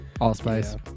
Allspice